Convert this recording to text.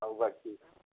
ଆଉ ବାକି